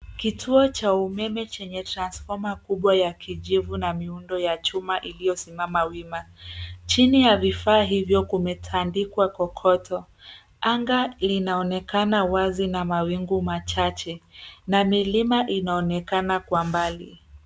Kituo cha umeme chenye transfoma kubwa ya kijivu na miundo ya chuma iliyosimama wima. Chini ya vifaa hivyo kumetandikwa kokoto. Anga linaonekana wazi na mawingu machache, na milima inaonekana kwa mbali.